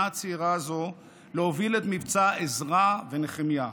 הצעירה הזו להוביל את מבצע עזרא ונחמיה,